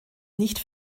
nicht